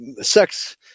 sex